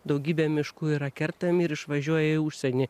daugybė miškų yra kertami ir išvažiuoja į užsienį